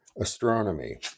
astronomy